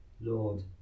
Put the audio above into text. Lord